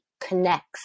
connects